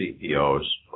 CEOs